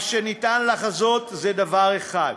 מה שניתן לחזות זה דבר אחד: